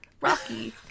Rocky